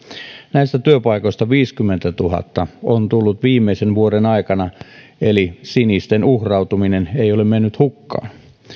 näistä työpaikoista viisikymmentätuhatta on tullut viimeisen vuoden aikana eli sinisten uhrautuminen ei ole mennyt hukkaan